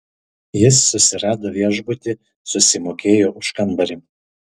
jis susirado viešbutį susimokėjo už kambarį